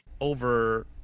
over